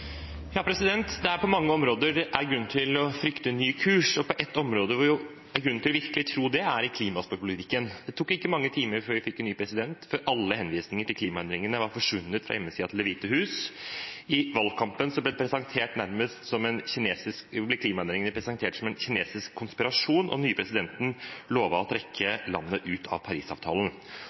på mange områder det er grunn til å frykte en ny kurs, og et område hvor det virkelig er grunn til å tro det, er i klimapolitikken. Det tok ikke mange timer etter at vi fikk en ny president før alle henvisningene til klimaendringene var forsvunnet fra hjemmesiden til Det hvite hus. I valgkampen ble klimaendringene presentert nærmest som en kinesisk konspirasjon, og den nye presidenten lovte å trekke landet ut av